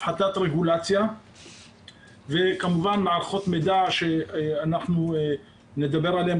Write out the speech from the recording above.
הפחתת רגולציה וכמובן מערכות מידע שאנחנו נדבר עליהן,